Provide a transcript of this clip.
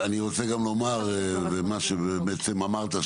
מה שבעצם אמרת,